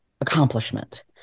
accomplishment